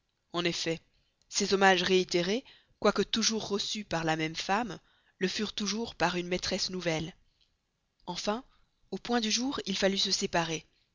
en effet ses hommages réitérés quoique toujours reçus par la même femme le furent toujours par une maîtresse nouvelle enfin au point du jour il fallut se séparer